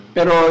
Pero